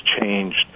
changed